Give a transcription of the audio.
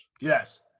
Yes